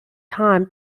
time